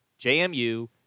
JMU